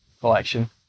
collection